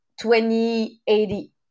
2080